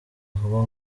vuba